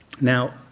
Now